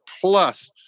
Plus